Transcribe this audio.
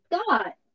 Scott